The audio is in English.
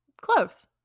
Close